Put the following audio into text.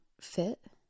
fit